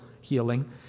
healing